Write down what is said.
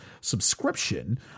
subscription